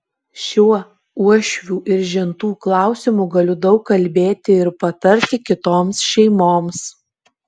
šiuo uošvių ir žentų klausimu galiu daug kalbėti ir patarti kitoms šeimoms